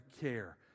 care